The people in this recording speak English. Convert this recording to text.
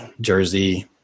jersey